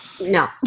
No